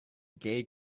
gay